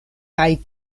kaj